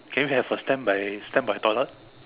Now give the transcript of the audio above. can you have a stand by stand by toilet